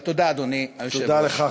תודה, אדוני היושב-ראש.